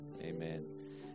Amen